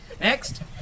Next